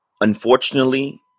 unfortunately